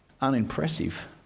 Unimpressive